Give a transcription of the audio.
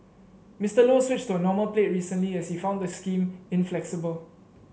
Mister Low switched to a normal plate recently as he found the scheme inflexible